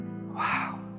Wow